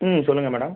ம் சொல்லுங்கள் மேடம்